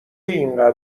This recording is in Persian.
اینقدر